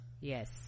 yes